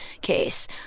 case